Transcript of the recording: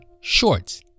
shorts